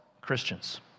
Christians